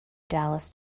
dallas